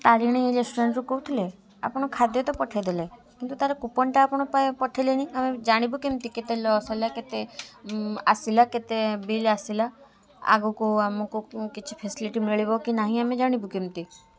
ତାରିଣୀ ରେଷ୍ଟୁରାଣ୍ଟରୁ କହୁଥିଲେ ଆପଣ ଖାଦ୍ୟ ତ ପଠାଇ ଦେଲେ କିନ୍ତୁ ତା'ର କୁପନ୍ଟା ଆପଣ ପଠାଇଲେନି ଆମେ ଜାଣିବୁ କେମିତି କେତେ ଲସ୍ ହେଲା କେତେ ଆସିଲା କେତେ ବିଲ୍ ଆସିଲା ଆଗକୁ ଆମକୁ କିଛି ଫ୍ୟାସିଲିଟି ମିଳିବ କି ନାହିଁ ଆମେ ଜାଣିବୁ କେମିତି